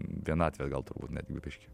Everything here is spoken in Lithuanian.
vienatvė gal turbūt netgi biškį